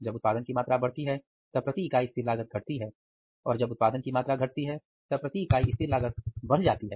जब उत्पादन की मात्रा बढ़ती है तब प्रति इकाई स्थिर लागत घटती है और जब उत्पादन की मात्रा घटती है तब प्रति स्काई स्थिर लागत बढ़ जाती है